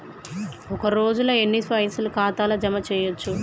ఒక రోజుల ఎన్ని పైసల్ ఖాతా ల జమ చేయచ్చు?